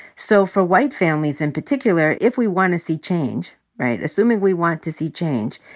so for white families in particular, if we want to see change, right, assuming we want to see change,